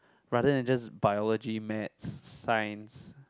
rather than just biology maths science